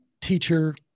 teacher